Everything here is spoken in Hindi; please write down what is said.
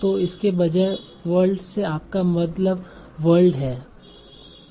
तो इसके बजाय w o l d से आपका मतलब w o r l d है